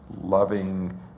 loving